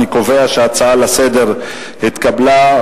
אני קובע שההצעה לסדר-היום נתקבלה,